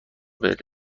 بهت